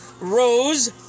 Rose